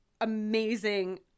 amazing